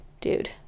dude